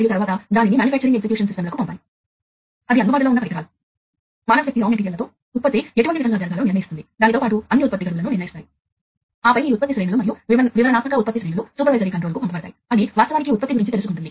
మరియు మీరు దానిని కనెక్ట్ చేయవచ్చు లేదా రిమోట్ I o బ్లాక్ అని పిలవబడే దాని సహాయంతో నేరుగా నెట్వర్క్ చేయలేని పరికరాలను కనెక్ట్ చేయవచ్చు